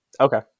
Okay